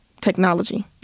technology